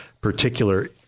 particular